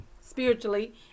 spiritually